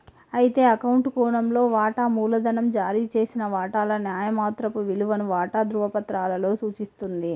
అయితే అకౌంట్ కోణంలో వాటా మూలధనం జారీ చేసిన వాటాల న్యాయమాత్రపు విలువను వాటా ధ్రువపత్రాలలో సూచిస్తుంది